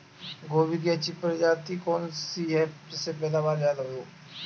गोभी की अच्छी प्रजाति कौन सी है जिससे पैदावार ज्यादा हो?